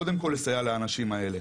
קודם כל לסייע לאנשים האלה.